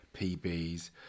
PBs